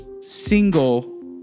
single